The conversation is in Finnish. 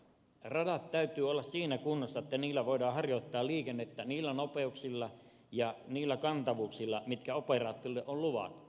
radat täytyy olla siinä kunnossa että niillä voidaan harjoittaa liikennettä niillä nopeuksilla ja niillä kantavuuksilla mitkä operaattorille on luvattu